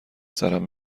سرم